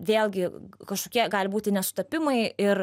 vėlgi kažkokie gali būti nesutapimai ir